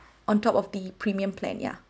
on top of the premium plan yeah